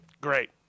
great